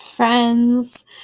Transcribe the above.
friends